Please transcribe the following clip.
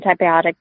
antibiotic